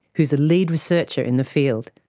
who is a lead researcher in the field,